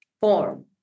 form